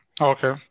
okay